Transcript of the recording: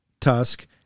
Tusk